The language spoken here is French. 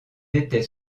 étaient